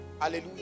hallelujah